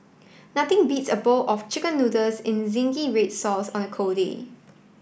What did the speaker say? nothing beats a bowl of chicken noodles in zingy red sauce on a cold day